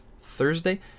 Thursday